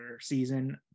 season